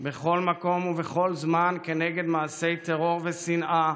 בכל מקום ובכל זמן כנגד מעשי טרור ושנאה